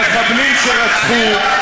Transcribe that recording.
למחבלים שרצחו.